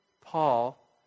Paul